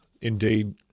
indeed